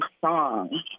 song